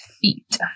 feet